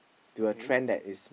to a trend that is